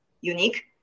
unique